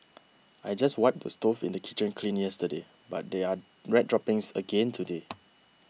I just wiped the stove in the kitchen clean yesterday but there are rat droppings again today